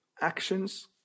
actions